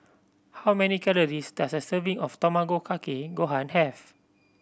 how many calories does a serving of Tamago Kake Gohan have